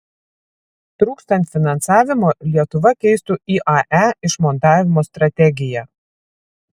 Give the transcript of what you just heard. trūkstant finansavimo lietuva keistų iae išmontavimo strategiją